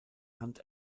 hand